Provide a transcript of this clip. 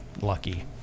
Lucky